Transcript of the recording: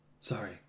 sorry